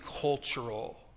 cultural